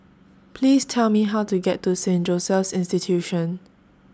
Please Tell Me How to get to Saint Joseph's Institution